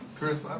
Chris